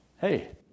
hey